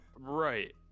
Right